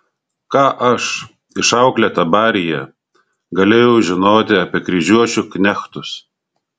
ką aš išauklėta baryje galėjau žinoti apie kryžiuočių knechtus